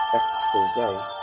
expose